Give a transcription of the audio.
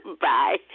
Bye